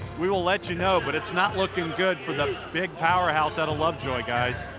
we will let you know. but it's not looking good for the big power house out of lovejoy, guys.